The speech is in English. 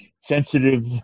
sensitive